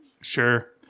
sure